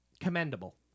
commendable